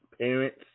Parents